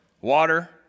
water